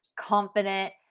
confident